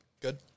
Good